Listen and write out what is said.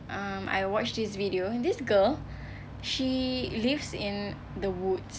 um I watch this video this girl she lives in the woods